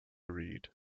read